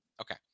okay